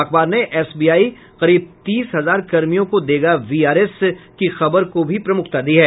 अखबार ने एसबीआई करीब तीस हजार कर्मियों को देगा वीआरएस की खबर को भी प्रमुखता दी है